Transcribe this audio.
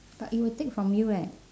but it will take from you eh